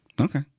Okay